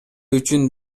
үчүн